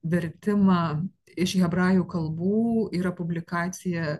vertimą iš hebrajų kalbų yra publikacija